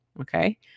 Okay